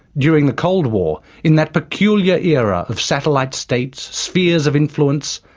during the cold war in that peculiar era of satellite states, spheres of influence,